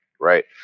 right